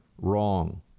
wrong